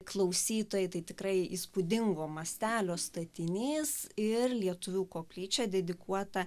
klausytojai tai tikrai įspūdingo mastelio statinys ir lietuvių koplyčia dedikuota